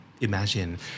imagine